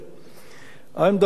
אני מדבר על רשות החשמל,